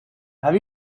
have